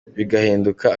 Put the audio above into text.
bigahinduka